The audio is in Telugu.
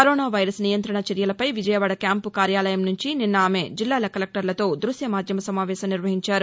కరోనా వైరస్ నియంత్రణ చర్యలపై విజయవాడ క్యాంపు కార్యాలయం నుంచి నిన్న ఆమె జిల్లాల కలెక్టర్లతో దృశ్య మాధ్యమ సమావేశం నిర్వహించారు